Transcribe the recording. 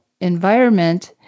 environment